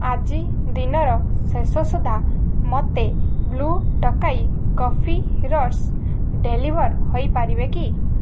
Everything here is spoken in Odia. ଆଜି ଦିନର ଶେଷ ସୁଦ୍ଧା ମୋତେ blue Tokai coffee roast deliver ହୋଇପାରିବେ କି